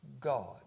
God